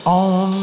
on